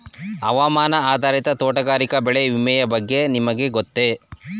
ಹವಾಮಾನ ಆಧಾರಿತ ತೋಟಗಾರಿಕೆ ಬೆಳೆ ವಿಮೆಯ ಬಗ್ಗೆ ನಿಮಗೆ ಗೊತ್ತೇ?